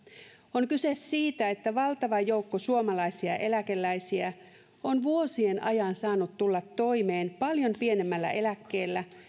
on kyse siitä että valtava joukko suomalaisia eläkeläisiä on vuosien ajan saanut tulla toimeen paljon pienemmällä eläkkeellä